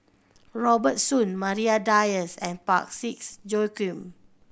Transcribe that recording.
Robert Soon Maria Dyer and Parsick Joaquim